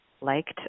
liked